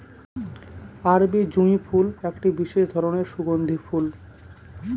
আরবি জুঁই ফুল একটি বিশেষ ধরনের সুগন্ধি ফুল